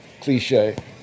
cliche